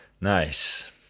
nice